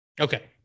okay